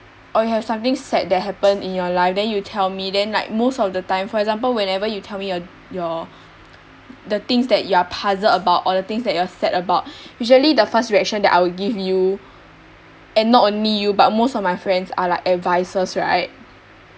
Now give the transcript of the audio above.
or you have something sad that happened in your life then you tell me then like most of the time for example whenever you tell me your your the things that you are puzzled about or the things that you are sad about usually the first reaction that I will give you and not only you but most of my friends are like advices right